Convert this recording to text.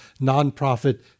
nonprofit